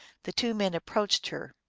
the two men approached her.